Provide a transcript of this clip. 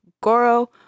Goro